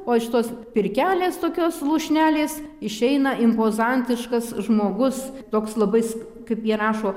o iš tos pirkelės tokios lūšnelės išeina impozantiškas žmogus toks labai s kaip jie rašo